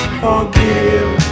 forgive